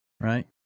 Right